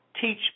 teach